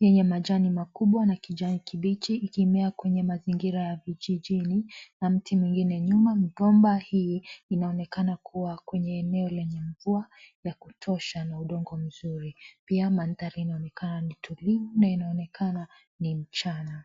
yenye majani makubwa na kijani kibichi ikimea kwenye mazingira ya vijijini na mti mwingine nyuma. Migomba hii inaonekana kuwa kwenye eneo lenye mvua ya kutosha na udongo mzuri. Pia maanthari inaonekana ni tulivu na inaonekana ni mchana.